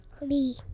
Lee